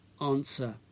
answer